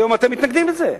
היום אתם מתנגדים לזה.